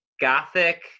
Gothic